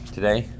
Today